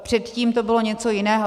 Předtím to bylo něco jiného.